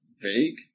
vague